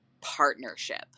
partnership